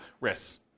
risks